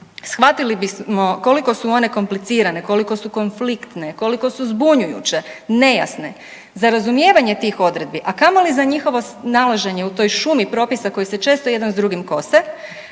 shvatili bismo koliko su one komplicirane, koliko su konfliktne, koliko su zbunjujuće, nejasne, za razumijevanje tih odredbi, a kamoli za njihovo snalaženje u toj šumi propisa koji se često jedan s drugim kose,